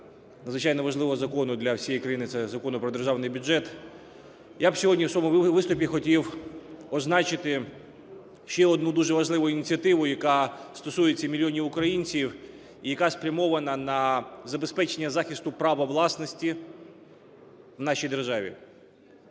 надзвичайно важливого закону для всієї країни – це Закону про державний бюджет. Я б сьогодні в своєму виступі хотів означити ще одну дуже важливу ініціативу, яка стосується мільйонів українців і яка спрямована на забезпечення захисту права власності в нашій державі.